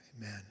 amen